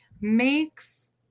makes